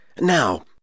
Now